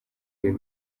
ibihe